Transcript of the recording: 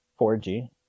4G